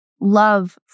love